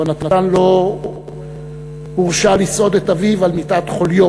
יהונתן לא הורשה לסעוד את אביו על מיטת חוליו,